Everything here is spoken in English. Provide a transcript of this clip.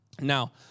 Now